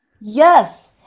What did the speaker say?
Yes